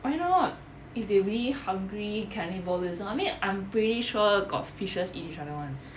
why not if they really hungry cannibalism I mean I'm pretty sure got fishes eat each other [one]